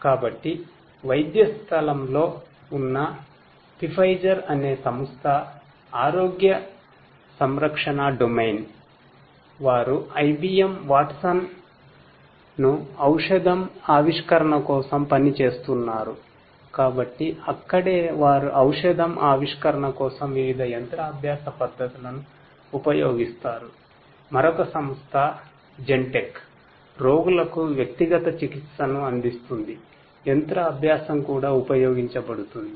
కాబట్టి వైద్య స్థలంలో ఉన్న Pfizer అనే సంస్థ ఆరోగ్య సంరక్షణ డొమైన్ కూడా ఉపయోగించబడుతుంది